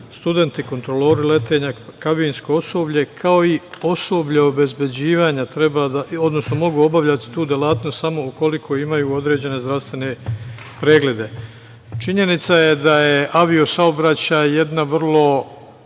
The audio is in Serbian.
studenti i kontrolori letenja, kabinsko osoblje, kao i osoblje obezbeđivanja treba, odnosno mogu obavljati tu delatnost samo ukoliko imaju određene zdravstvene preglede. Činjenica je da je avio saobraćaj jedna vrlo